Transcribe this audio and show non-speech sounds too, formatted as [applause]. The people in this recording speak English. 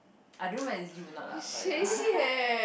I don't know whether is you a not lah but ya [laughs]